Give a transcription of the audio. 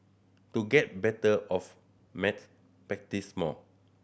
to get better of maths practise more